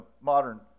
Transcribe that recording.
modern